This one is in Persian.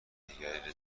دیگری